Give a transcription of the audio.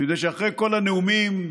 מפני שאחרי כל הנאומים,